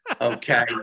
Okay